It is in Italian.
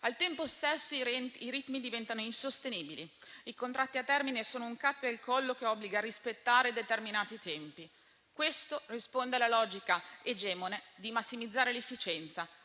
Al tempo stesso, i ritmi diventano insostenibili. I contratti a termine sono un cappio al collo che obbliga a rispettare determinati tempi. Questo risponde alla logica egemone di massimizzare l'efficienza